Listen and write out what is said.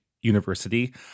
university